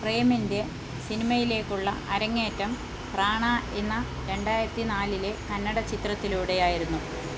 പ്രേമിൻ്റെ സിനിമയിലേക്കുള്ള അരങ്ങേറ്റം പ്രാണ എന്ന രണ്ടായിരത്തി നാലിലെ കന്നഡ ചിത്രത്തിലൂടെയായിരുന്നു